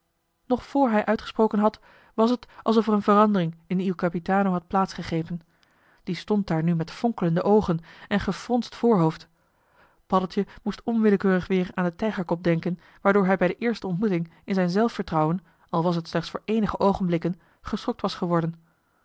voor hij uitgesproken had was het alsof er een verandering in il capitano had plaats gegrepen die stond daar nu met fonkelende oogen en gefronst voorhoofd paddeltje moest onwillekeurig weer aan den tijgerkop denken waardoor hij bij de eerste ontmoeting in zijn zelfvertrouwen al was het slechts voor eenige oogenblikken geschokt was geworden